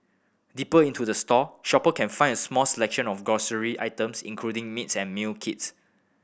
deeper into the store shopper can find a small selection of grocery items including meats and meal kits